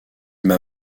m’a